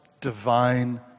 divine